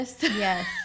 Yes